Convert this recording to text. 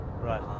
Right